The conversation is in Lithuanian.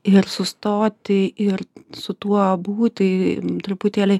ir sustoti ir su tuo būti truputėlį